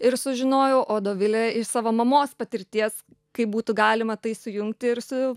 ir sužinojau o dovilė iš savo mamos patirties kaip būtų galima tai sujungti ir su